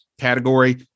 category